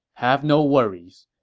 have no worries.